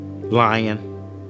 lying